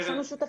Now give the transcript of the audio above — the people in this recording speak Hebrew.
חברי הוועדה